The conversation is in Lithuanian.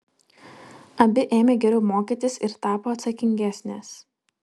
abi ėmė geriau mokytis ir tapo atsakingesnės